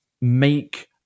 make